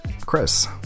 Chris